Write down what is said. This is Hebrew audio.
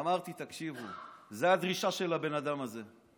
אמרתי: תקשיבו, זו הדרישה של הבן אדם הזה.